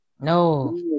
No